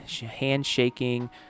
handshaking